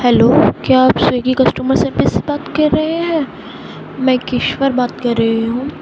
hello کیا آپ Swiggy customer service سے بات کر رہے ہیں میں کشور بات کر رہی ہوں